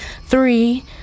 Three